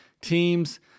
teams